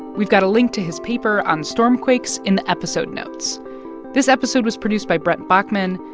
we've got a link to his paper on stormquakes in the episode notes this episode was produced by brent baughman,